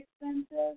expensive